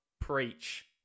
preach